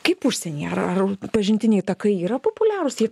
kaip užsienyje ar ar pažintiniai takai yra populiarūs jie